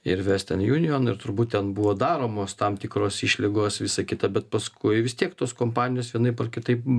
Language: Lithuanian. ir vesten junion ir turbūt ten buvo daromos tam tikros išlygos visa kita bet paskui vis tiek tos kompanijos vienaip ar kitaip